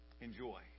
enjoy